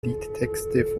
liedtexte